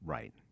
Right